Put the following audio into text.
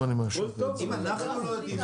אני לא רואה